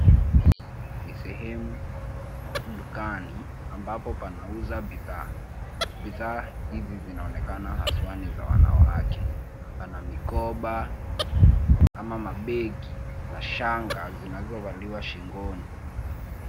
Hii ni sehemu dukani ambapo panauza bidhaa. Bidhaa hizi zinaonekana haswa niza wana wake. Pana Mikoba ama mabegi na shanga zinazovaliwa shingoni.